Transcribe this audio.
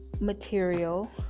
material